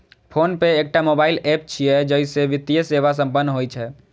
PhonePe एकटा mobile app छियै, जइसे वित्तीय सेवा संपन्न होइ छै